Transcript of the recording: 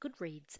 Goodreads